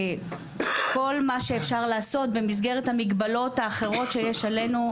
כל מה שאפשר לעשות במסגרת המגבלות האחרות שיש עלינו.